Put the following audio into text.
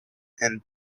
and